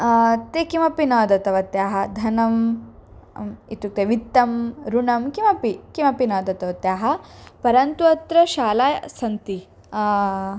ते किमपि न दत्तवत्याः धनं इत्युक्ते वित्तं ऋणं किमपि किमपि न दत्तवत्याः परन्तु अत्र शालाः सन्ति